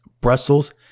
Brussels